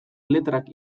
letrak